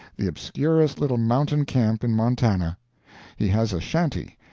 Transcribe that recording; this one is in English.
the obscurest little mountain camp in montana he has a shanty,